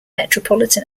metropolitan